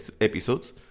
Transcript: episodes